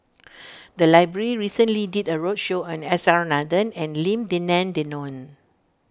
the library recently did a roadshow on S R Nathan and Lim Denan Denon